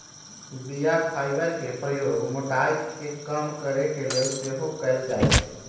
बीया फाइबर के प्रयोग मोटाइ के कम करे के लेल सेहो कएल जाइ छइ